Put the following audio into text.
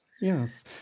Yes